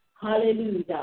Hallelujah